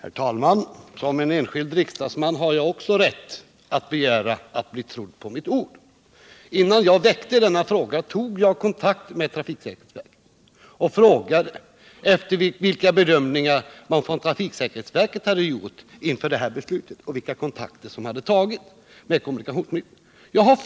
Herr talman! Som enskild riksdagsman har jag också rätt att begära att bli trodd på mitt ord. Innan jag väckte denna fråga, tog jag kontakt med trafiksäkerhetsverket och frågade vilka bedömningar verket hade gjort inför ifrågavarande beslut och vilka kontakter som hade tagits med kommunikationsministern.